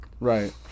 Right